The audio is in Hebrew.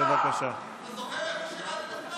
בנ"מ או בשריון, איפה?